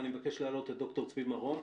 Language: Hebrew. אני מבקש להעלות את ד"ר צבי מרום.